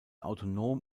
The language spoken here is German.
autonom